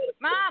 Mom